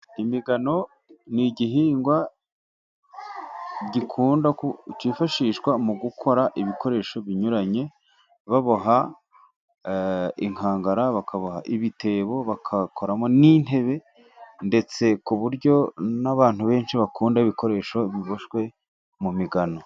Imigano ni igihingwa kifashishwa mu gukora ibikoresho binyuranye, baboha inkangara, bakaboha ibitebo, bagakoramo n'intebe, ndetse ku buryo n'abantu benshi bakunda ibikoresho biboshywe mu migano.